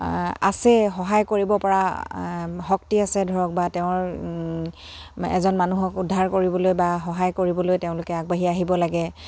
আছে সহায় কৰিব পৰা শক্তি আছে ধৰক বা তেওঁৰ এজন মানুহক উদ্ধাৰ কৰিবলৈ বা সহায় কৰিবলৈ তেওঁলোকে আগবাঢ়ি আহিব লাগে